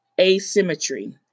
asymmetry